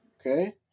Okay